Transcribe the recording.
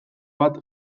bat